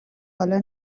حالا